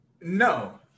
no